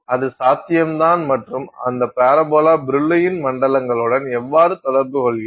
அது சாத்தியம் தான் மற்றும் அந்த பரபோலா பிரில்லூயின் மண்டலங்களுடன் எவ்வாறு தொடர்பு கொள்கிறது